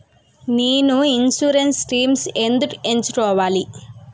నేను insurance schemes ఎందుకు ఎంచుకోవాలి?